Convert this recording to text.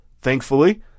thankfully